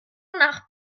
nach